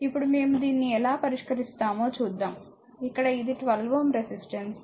ఇప్పుడు మేము దీన్ని ఎలా పరిష్కరిస్తామో చూద్దాం ఇక్కడ ఇది 12Ω రెసిస్టెన్స్